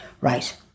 right